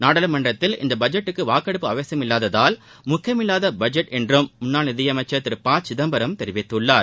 நாடாளுமன்றத்தில் இந்த பட்ஜெட்டுக்கு வாக்கெடுப்பு அவசியமில்லாததால் முக்கியமில்லா பட்ஜெட் என்றும் முன்னாள் நிதி அமைச்சர் திரு ப சிதம்பரம் தெரிவித்துள்ளார்